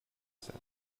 said